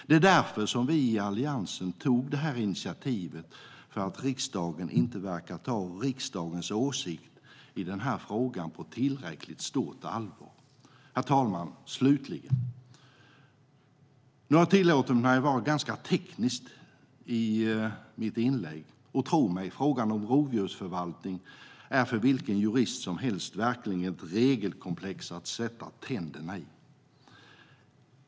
Det är därför vi i Alliansen tog detta initiativ - för att regeringen inte verkar ta riksdagens åsikt i frågan på tillräckligt stort allvar. Herr talman! Slutligen: Nu har jag tillåtit mig att vara ganska teknisk i mitt inlägg. Och tro mig - frågan om rovdjursförvaltning är för vilken jurist som helst verkligen ett regelkomplex att sätta tänderna i.